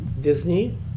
Disney